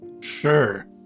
sure